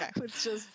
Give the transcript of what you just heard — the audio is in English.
Okay